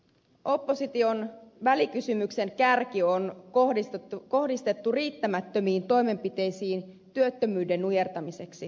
opposition välikysymyksen kärki on kohdistettu riittämättömiin toimenpiteisiin työttömyyden nujertamiseksi